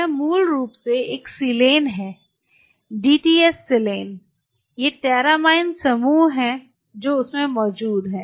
यह मूल रूप से एक सिलेन है डीटीएस सिलाने ये टेरामाईन समूह हैं जो उनमें मौजूद हैं